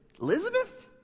Elizabeth